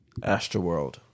Astroworld